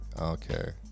Okay